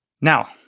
Now